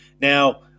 Now